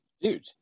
Dude